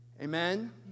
Amen